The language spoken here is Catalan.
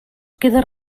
queda